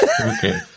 Okay